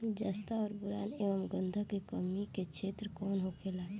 जस्ता और बोरान एंव गंधक के कमी के क्षेत्र कौन होखेला?